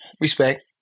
Respect